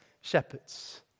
shepherds